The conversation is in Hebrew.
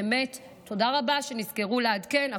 באמת, תודה רבה שנזכרו לעדכן.